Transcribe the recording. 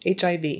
HIV